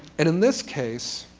and in this case,